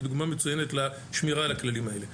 היא דוגמה מצוינת לשמירה על הכללים האלה.